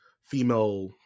female